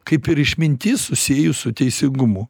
kaip ir išmintis susiejus su teisingumu